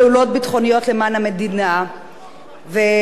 ואפילו יצאו לחופשות הביתה עם אותו נשק אישי,